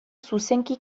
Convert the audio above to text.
zuzenki